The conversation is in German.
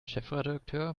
chefredakteur